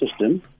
system